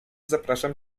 zapraszam